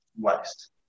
waste